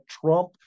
Trump